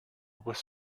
was